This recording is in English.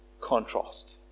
contrast